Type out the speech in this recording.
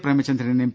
Premachandran M